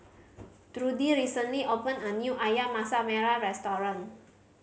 Trudie recently opened a new Ayam Masak Merah restaurant